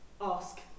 ask